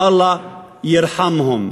"אללה ירחמו",